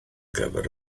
gyfer